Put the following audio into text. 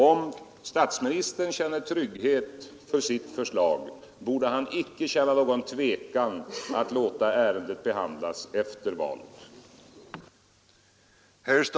Om statsministern känner trygghet inför sitt förslag borde han icke känna någon tvekan att låta ärendet behandlas efter valet.